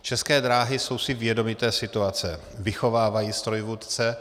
České dráhy jsou si vědomy té situace, vychovávají strojvůdce.